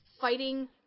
fighting